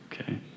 Okay